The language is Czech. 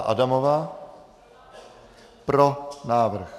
Adamová: Pro návrh.